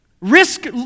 risk